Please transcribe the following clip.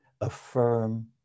affirm